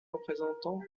représentants